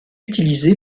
utilisé